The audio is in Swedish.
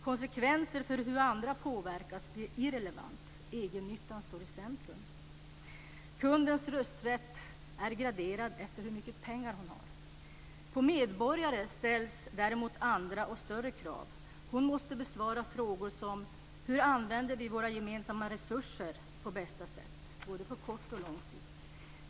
Konsekvenserna av hur andra påverkas blir irrelevanta. Egennyttan står i centrum. Kundens rösträtt är graderad efter hur mycket pengar hon har. På medborgaren ställs däremot andra och större krav. Hon måste besvara frågor som t.ex. hur vi använder våra gemensamma resurser på bästa sätt, både på kort och på lång sikt.